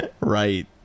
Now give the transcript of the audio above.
Right